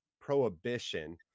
Prohibition